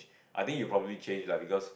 I think you probably change lah because